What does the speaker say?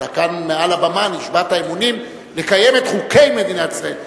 אתה כאן מעל הבמה נשבעת אמונים לקיים את חוקי מדינת ישראל.